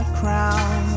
crown